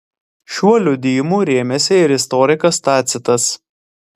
šiuo liudijimu rėmėsi ir istorikas tacitas